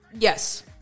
yes